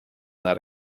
that